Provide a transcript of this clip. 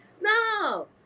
No